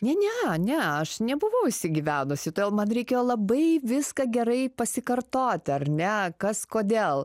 ne ne ne aš nebuvau įsigyvenusi todėl man reikėjo labai viską gerai pasikartoti ar ne kas kodėl